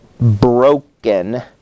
broken